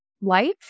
life